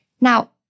Now